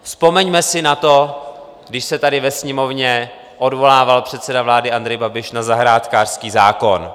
Vzpomeňme si na to, když se tady ve Sněmovně odvolával předseda vlády Andrej Babiš na zahrádkářský zákon.